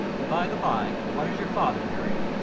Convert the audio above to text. by-thc-bye, what is your father, mary?